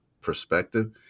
perspective